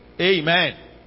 Amen